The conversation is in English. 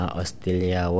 Australia